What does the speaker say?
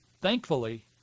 thankfully